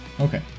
Okay